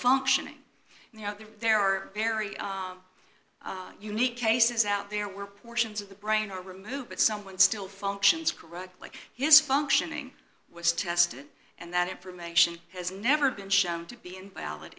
functioning now that there are very own unique cases out there were portions of the brain are removed but someone still functions correctly his functioning was tested and that information has never been shown to be invalid